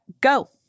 Go